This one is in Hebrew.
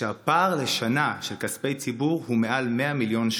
והפער לשנה בכספי ציבור הוא מעל 100 מיליון שקלים,